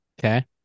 okay